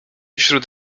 wśród